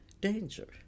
danger